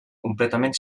completament